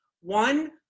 One